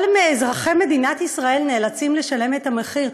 כל אזרחי מדינת ישראל נאלצים לשלם את המחיר.